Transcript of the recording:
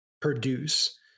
produce